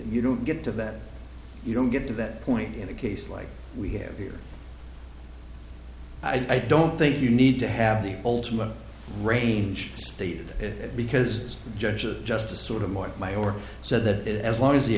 you don't get to that you don't get to that point in a case like we have here i don't think you need to have the ultimate range stated because judge is just a sort of more my or said that as long as the